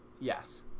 Yes